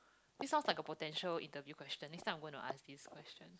this sounds like a potential interview question next time I'm gonna ask this question